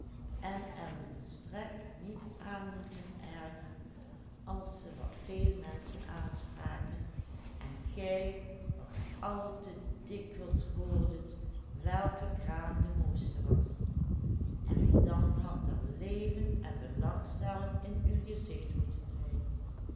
en gij wat al te dikwijls hoordet welke kraam de mooiste was en dan had er leven en belangstelling in uw gezicht moeten zijn